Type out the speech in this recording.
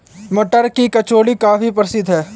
मटर की कचौड़ी काफी प्रसिद्ध है